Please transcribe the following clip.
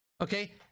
Okay